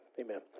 Amen